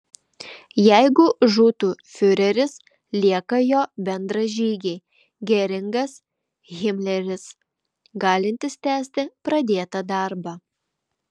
jeigu žūtų fiureris lieka jo bendražygiai geringas himleris galintys tęsti pradėtą darbą